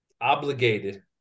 obligated